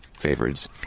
favorites